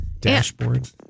Dashboard